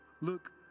look